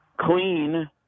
clean